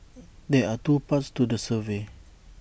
there are two parts to the survey